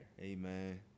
Amen